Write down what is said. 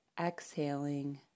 exhaling